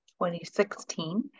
2016